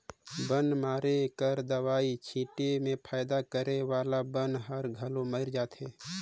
बन मारे कर दवई छीटे में फायदा करे वाला बन हर घलो मइर जाथे